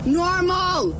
normal